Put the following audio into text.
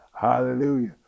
Hallelujah